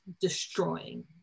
destroying